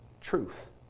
truth